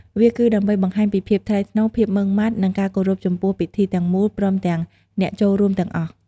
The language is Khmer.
វាគឺដើម្បីបង្ហាញពីភាពថ្លៃថ្នូរ ភាពម៉ឺងម៉ាត់ និងការគោរពចំពោះពិធីទាំងមូល ព្រមទាំងអ្នកចូលរួមទាំងអស់។